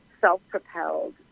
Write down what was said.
self-propelled